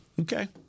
Okay